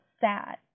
sad